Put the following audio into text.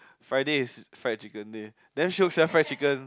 Fridays is fried chicken day there show sells fried chicken